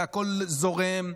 והכול זורם.